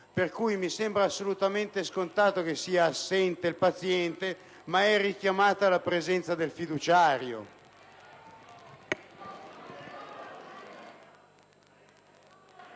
per cui mi sembra assolutamente scontato che sia assente il paziente ma sia richiamata la presenza del fiduciario.